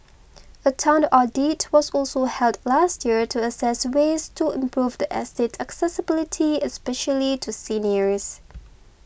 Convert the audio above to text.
a town audit was also held last year to assess ways to improve the estate's accessibility especially to seniors